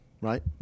Right